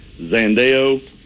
Zandeo